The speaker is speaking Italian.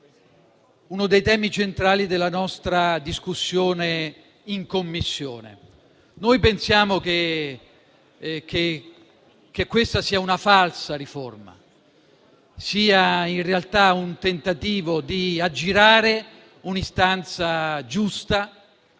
nostri lavori - della nostra discussione in Commissione. Noi pensiamo che questa sia una falsa riforma: sia in realtà un tentativo di aggirare un'istanza giusta